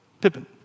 Pippin